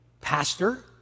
pastor